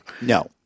No